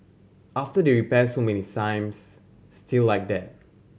after they repair so many times still like that